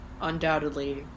undoubtedly